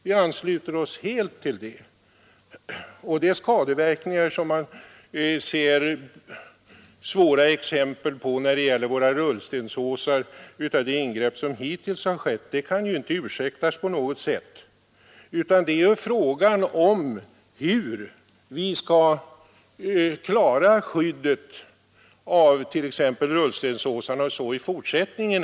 De svåra skadeverkningar som man ser exempel på när det gäller de ingrepp som hittills skett i våra rullstensåsar kan ju inte på något sätt ursäktas. Frågan är här hur vi skall klara skyddet av t.ex. rullstensåsarna i fortsättningen.